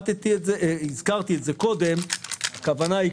הכוונה היא